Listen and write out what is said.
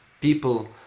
people